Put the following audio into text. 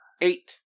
Eight